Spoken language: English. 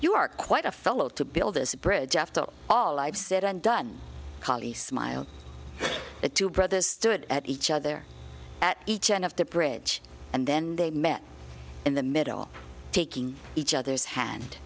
you are quite a fellow to build this bridge after all i've said and done kali smiled the two brothers stood at each other at each end of the bridge and then they met in the middle taking each other's hand